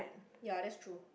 ya that's true